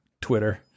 Twitter